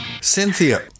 Cynthia